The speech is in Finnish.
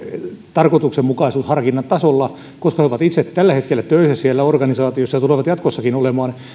tarkoituksenmukaisuusharkinnan tasolla koska he ovat itse tällä hetkellä töissä siellä organisaatiossa ja tulevat jatkossakin olemaan